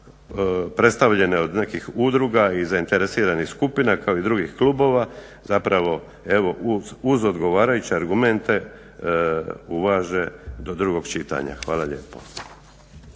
predstavljene od nekih udruga i zainteresiranih skupina kao i drugih klubova zapravo uz odgovarajuće argumente uvaže do drugog čitanja. Hvala lijepo.